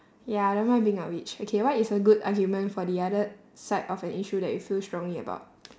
ya I don't mind being a witch okay what is a good argument for the other side of an issue that you feel strongly about